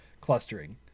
clustering